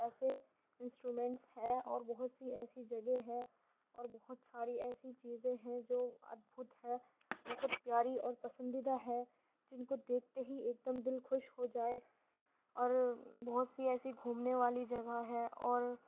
ایسے انسٹرومنٹ ہے اور بہت سی ایسی جگہ ہے اور بہت ساری ایسی چیزیں ہیں جو ادبھت ہے بہت پیاری اور پسندیدہ ہے جن کو دیکھتے ہی ایک دم دل خوش ہو جائے اور بہت سی ایسی گھومنے والی جگہ ہے اور